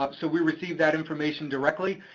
um so we receive that information directly,